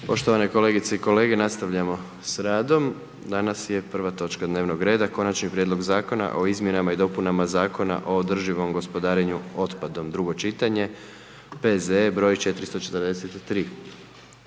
Poštovane kolegice i kolege, nastavljamo s radom, danas je prva točka dnevnog reda: - Konačni prijedlog Zakona o izmjenama i dopunama Zakona o održivom gospodarenju otpadom, drugo čitanje, P.Z. broj 443.